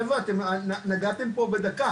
חבר'ה אתם נגעתם פה בדקה,